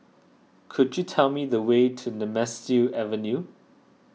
could you tell me the way to Nemesu Avenue